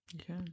okay